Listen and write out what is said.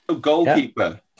Goalkeeper